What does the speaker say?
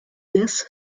this